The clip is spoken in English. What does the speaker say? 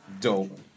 dope